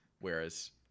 whereas